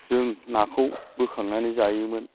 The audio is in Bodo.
जों नाखौ बोखांनानै जायोमोन